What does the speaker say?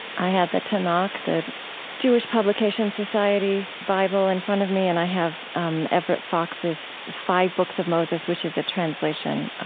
i have the tanakh, the jewish publication society bible, in front of me, and i have um everett fox's the five books of moses, which is a translation,